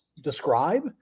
describe